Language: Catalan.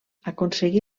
aconseguí